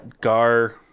Gar